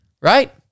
right